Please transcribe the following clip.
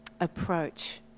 approach